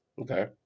Okay